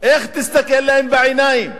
איך תסתכל להם בעיניים?